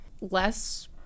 less